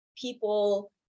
people